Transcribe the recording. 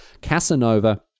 Casanova